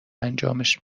انجامش